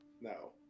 No